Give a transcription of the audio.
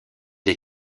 les